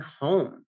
home